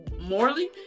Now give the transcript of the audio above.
Morley